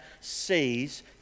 sees